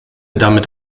damit